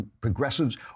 Progressives